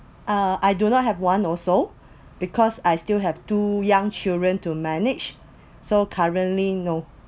uh I do not have one also because I still have two young children to manage so currently no